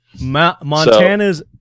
Montana's